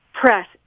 press